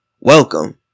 welcome